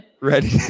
ready